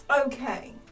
Okay